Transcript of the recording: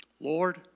Lord